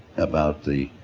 about the